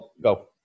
go